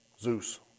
Zeus